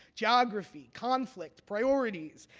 geography, conflict, priorities,